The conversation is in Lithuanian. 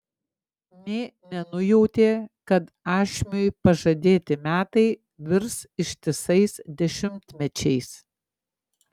nė nenujautė kad ašmiui pažadėti metai virs ištisais dešimtmečiais